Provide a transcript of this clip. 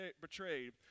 betrayed